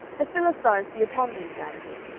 the philistines be upon thee, samson.